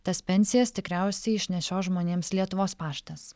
tas pensijas tikriausiai išnešios žmonėms lietuvos paštas